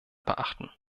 beachten